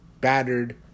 battered